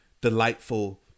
Delightful